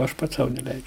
aš pats sau neleidžiu